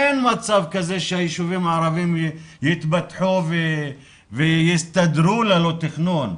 אין מצב כזה שהיישובים הערבים יתפתחו ויסתדרו ללא תכנון,